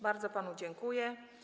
Bardzo panu dziękuję.